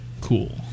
cool